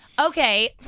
Okay